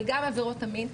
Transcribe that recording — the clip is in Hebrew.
אבל גם עבירות המין,